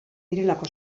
direlako